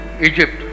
Egypt